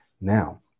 Now